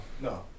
no